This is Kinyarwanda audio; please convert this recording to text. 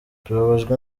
tubabajwe